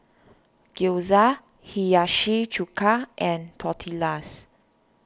Gyoza Hiyashi Chuka and Tortillas